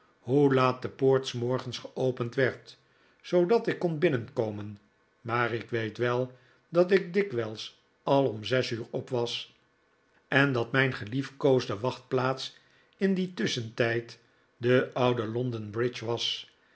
hoe laat de poort s morgens geopend werd zoodat ik kon binnenkomen maar ik weet wel dat ik dikwijls al om zes uur op was en dat mijn geliefkoosde wachtplaats in dien tusschentijd de oude london-bridge was